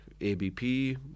ABP